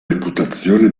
reputazione